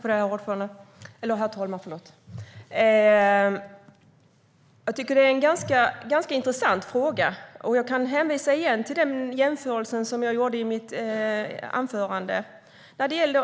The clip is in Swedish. Herr talman! Jag tycker att detta är en ganska intressant fråga. Jag kan igen hänvisa till den jämförelse som jag gjorde i mitt anförande.